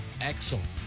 excellent